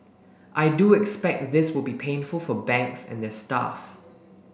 I do expect this will be painful for banks and their staff